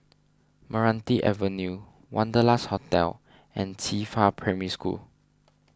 Meranti Avenue Wanderlust Hotel and Qifa Primary School